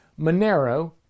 Monero